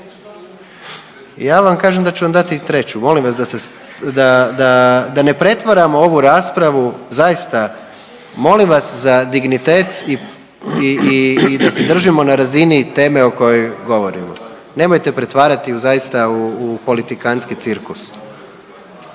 Ja vam kažem da ću vam dati i treću. Molim vas da ne pretvaramo ovu raspravu zaista molim vas za dignitet i da se držimo na razini teme o kojoj govorimo. Nemojte pretvarati zaista u politikantski cirkus.